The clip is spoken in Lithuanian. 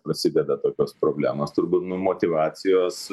prasideda tokios problemos turbūt nu motyvacijos